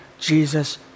Jesus